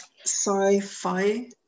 Sci-Fi